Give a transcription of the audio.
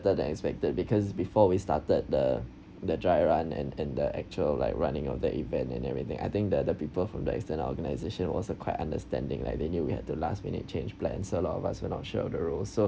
~ter then expected because before we started the the dry run and and the actual like running of the event and everything I think the the people from the external organisation was a quite understanding like they knew we had to last minute change plans so a lot of us were not sure of the roles so